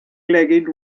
legged